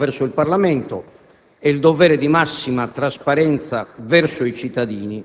il rispetto verso il Parlamento e il dovere di massima trasparenza verso i cittadini,